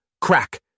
Crack